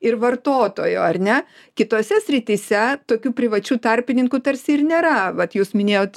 ir vartotojo ar ne kitose srityse tokių privačių tarpininkų tarsi ir nėra vat jūs minėjot